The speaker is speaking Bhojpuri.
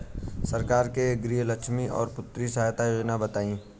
सरकार के गृहलक्ष्मी और पुत्री यहायता योजना बताईं?